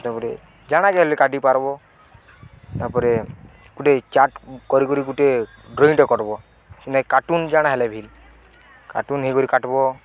ତାପରେ ଜାଣାକେ ହେଲେ କାଟି ପାର୍ବ ତାପରେ ଗୁଟେ ଚାର୍ଟ କରି କରି ଗୁଟେ ଡ୍ରଇଂଟେ କର୍ବ ନେ କାଟୁନ୍ ଜାଣା ହେଲେ ଭି କାଟୁନ୍ ହେଇ କରି କାଟ୍ବ